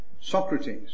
Socrates